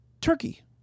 Turkey